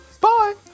Bye